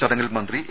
ചടങ്ങിൽ മന്ത്രി എ